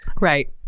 right